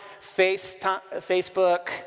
Facebook